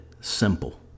simple